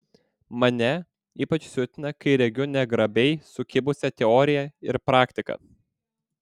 mane ypač siutina kai regiu negrabiai sukibusią teoriją ir praktiką